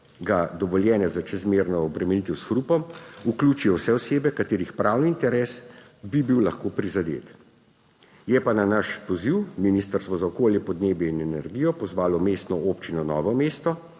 dovoljenja za čezmerno obremenitev s hrupom vključijo vse osebe, katerih pravni interes bi bil lahko prizadet. Je pa na naš poziv Ministrstvo za okolje, podnebje in energijo pozvalo Mestno občino Novo mesto,